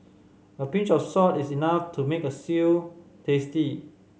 a pinch of salt is enough to make a stew tasty